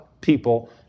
people